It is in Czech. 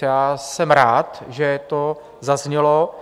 A já jsem rád, že to zaznělo.